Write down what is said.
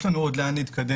יש לנו עוד לאן להתקדם,